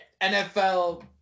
NFL